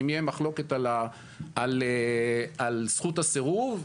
אם יהיה מחלוקת על זכות הסירוב,